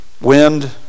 wind